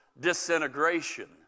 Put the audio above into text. disintegration